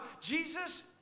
Jesus